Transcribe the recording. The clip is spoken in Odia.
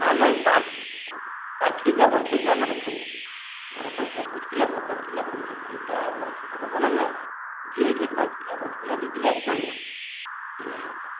ନା ନାଇଁ ପା ପାଞ୍ଚ କିଗ୍ରା ଦଶ କିଗ୍ରା ଆମେ ରଖୁନୁ ଆମେ ସବୁ ପଚିଶି କିଗ୍ରା ପଚାଶ କିଗ୍ରା ଆଉ କୁଇଣ୍ଟାଲ୍ ଏଇଟା ଆମର ଛୋଟ ଦୋକାନ ନୁହଁ ସିଏ ଏଇ ପାଞ୍ଚ କିଗ୍ରା ଦଶ କିଗ୍ରା ଦୁଇ କିଗ୍ରା ଏଠି ଚଳିବନି